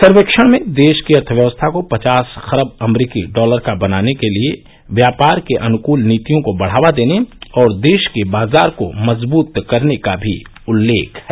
सर्वेक्षण में देश की अर्थव्यवस्था को पचास खरब अमरीकी डॉलर का बनाने के लिए व्यापार के अनुकूल नीतियों को बढ़ावा देने और देश के बाजार को मजबूत करने का भी उल्लेख है